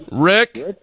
Rick